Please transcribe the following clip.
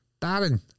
Darren